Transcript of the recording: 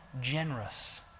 generous